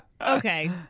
Okay